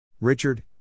Richard